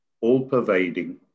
all-pervading